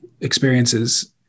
experiences